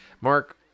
Mark